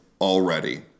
already